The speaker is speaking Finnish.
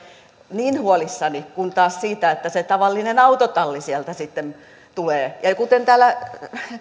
niin huolissani kuin taas siitä että se tavallinen autotalli sieltä sitten tulee kuten täällä